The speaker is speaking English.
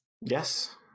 Yes